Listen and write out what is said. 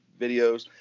videos